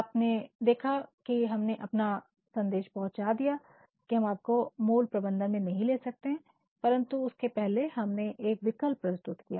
आपने देखा कि हमने अपना संदेश पहुंचा दिया कि हम आपको मूल प्रबंधन में नहीं ले सकते हैं परंतु उसके पहले हमने एक विकल्प प्रस्तुत किया